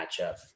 matchup